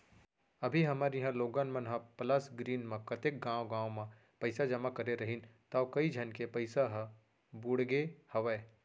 अभी हमर इहॉं लोगन मन ह प्लस ग्रीन म कतेक गॉंव गॉंव म पइसा जमा करे रहिन तौ कइ झन के पइसा ह बुड़गे हवय